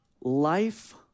life